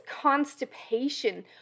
constipation